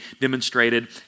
demonstrated